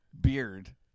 beard